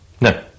No